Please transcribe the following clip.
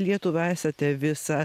lietuvą esate visą